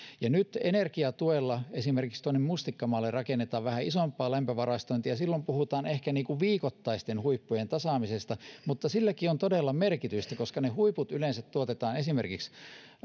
ja nyt energiatuella esimerkiksi tuonne mustikkamaalle rakennetaan vähän isompaa lämpövarastointia ja silloin puhutaan ehkä viikoittaisten huippujen tasaamisesta mutta silläkin on todella merkitystä koska ne huiput yleensä tuotetaan esimerkiksi